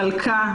"מלכה",